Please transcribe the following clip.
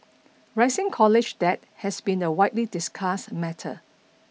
rising college debt has been a widely discussed matter